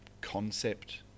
concept